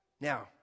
Now